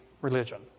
religion